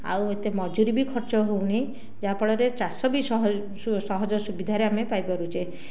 ଆଉ ଏତେ ମଜୁରି ବି ଖର୍ଚ୍ଚ ହେଉନି ଯାହାଫଳରେ ଚାଷ ବି ସହଜ ସୁବିଧାରେ ଆମେ ପାଇପାରୁଛେ